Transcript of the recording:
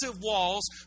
walls